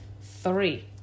three